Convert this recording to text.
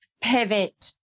pivot